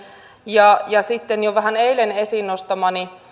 ja ja sitten vähän jo eilen esiin nostamani